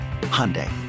Hyundai